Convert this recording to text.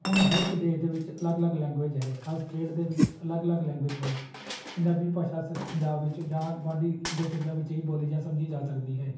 ਹੁਣ ਹਰ ਇੱਕ ਦੇਸ਼ ਵਿੱਚ ਅਲੱਗ ਅਲੱਗ ਲੈਂਗੁਏਜ ਹੈ ਹਰ ਸਟੇਟ ਦੇ ਵਿੱਚ ਅਲੱਗ ਅਲੱਗ ਲੈਂਗੁਏਜ ਹੈ ਪੰਜਾਬੀ ਭਾਸ਼ਾ ਸਿਰਫ਼ ਪੰਜਾਬ ਵਿੱਚ ਜਾਂ ਗੁਆਂਢੀ ਇੱਕ ਦੋ ਸੂਬਿਆਂ ਵਿੱਚ ਹੀ ਬੋਲੀ ਜਾਂ ਸਮਝੀ ਜਾ ਸਕਦੀ ਹੈ